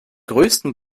größten